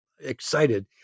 excited